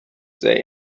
say